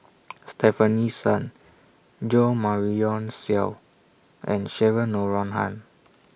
Stefanie Sun Jo Marion Seow and Cheryl Noronha